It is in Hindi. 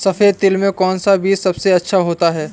सफेद तिल में कौन सा बीज सबसे अच्छा होता है?